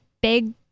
big